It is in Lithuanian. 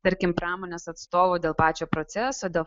tarkim pramonės atstovų dėl pačio proceso dėl